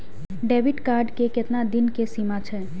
Debit card के केतना दिन के सीमा छै?